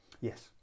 Yes